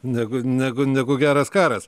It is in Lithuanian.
negu negu negu geras karas